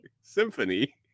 symphony